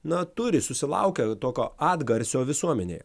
na turi susilaukia tokio atgarsio visuomenėje